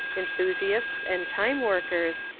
enthusiasts and time workers,